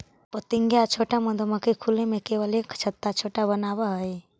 पोतिंगा या छोटा मधुमक्खी खुले में केवल एक छत्ता छोटा बनावऽ हइ